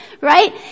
right